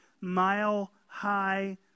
mile-high